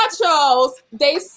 nachos—they